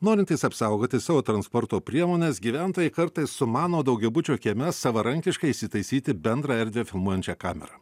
norintys apsaugoti savo transporto priemones gyventojai kartais sumano daugiabučio kieme savarankiškai įsitaisyti bendrą erdvę filmuojančią kamerą